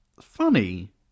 funny